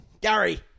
Gary